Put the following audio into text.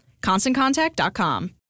ConstantContact.com